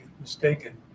mistaken